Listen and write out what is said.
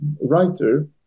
writer